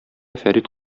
фәрит